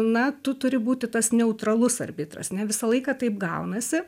na tu turi būti tas neutralus arbitras ne visą laiką taip gaunasi